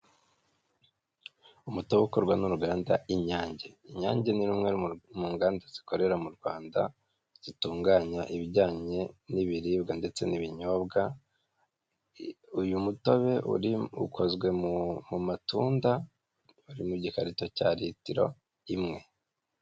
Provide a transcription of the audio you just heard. Umutobe ukorwa n'uruganda inyange. inyange ni rumwe mu nganda zikorera mu Rwanda zitunganya ibijyanye n'ibiribwa ndetse n'ibinyobwa, uyu mutobe uri ukozwe mu matunda uri mu gikarito cya litiro imwe.